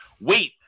wait